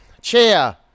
chair